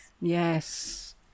Yes